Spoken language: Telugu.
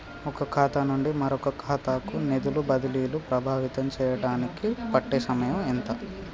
ఒక ఖాతా నుండి మరొక ఖాతా కు నిధులు బదిలీలు ప్రభావితం చేయటానికి పట్టే సమయం ఎంత?